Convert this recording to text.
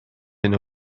hyn